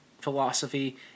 philosophy